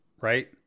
Right